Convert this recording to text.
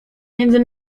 między